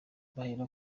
bahera